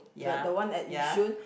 the the one at yishun